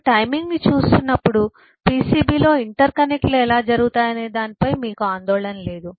మీరు టైమింగ్ను చూస్తున్నప్పుడు PCB లో ఇంటర్కనెక్ట్లు ఎలా జరుగుతాయనే దానిపై మీకు ఆందోళన లేదు